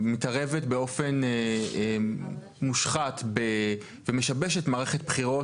מתערבת באופן מושחת ומשבשת מערכת בחירות